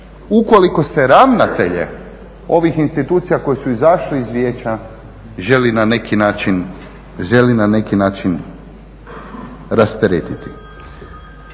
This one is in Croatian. ukoliko se ravnatelje ovih institucija koji su izašli iz vijeća želi na neki način rasteretiti.